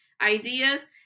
ideas